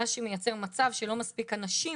מה שמייצר מצב שלא מספיק אנשים